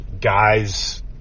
guys